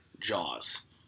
Jaws